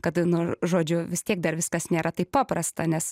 kad nu žodžiu vis tiek dar viskas nėra taip paprasta nes